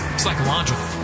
psychological